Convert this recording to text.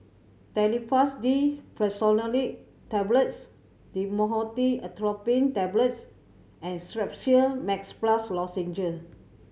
Telfast D Fexofenadine Tablets Dhamotil Atropine Tablets and Strepsils Max Plus Lozenges